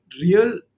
real